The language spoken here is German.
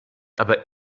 aber